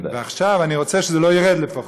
עכשיו אני רוצה שזה לא ירד, לפחות.